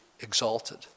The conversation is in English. exalted